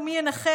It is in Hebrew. / ומי ינחש,